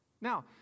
Now